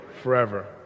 forever